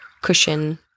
cushion